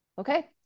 okay